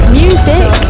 music